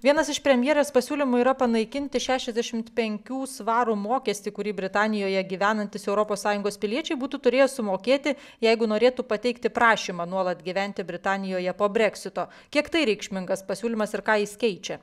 vienas iš premjerės pasiūlymų yra panaikinti šešiasdešimt penkių svarų mokestį kurį britanijoje gyvenantys europos sąjungos piliečiai būtų turėję sumokėti jeigu norėtų pateikti prašymą nuolat gyventi britanijoje po breksito kiek tai reikšmingas pasiūlymas ir ką jis keičia